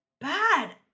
Bad